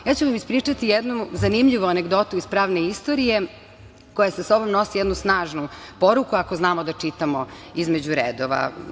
Ja ću vam ispričati jednu zanimljivu anegdotu iz pravne istorije, koja sa sobom nosi jednu snažnu poruku, ako znamo da čitamo između redova.